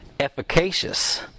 Efficacious